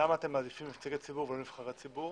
למה אתם מעדיפים נציגי ציבור ולא נבחרי ציבור.